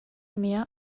mehr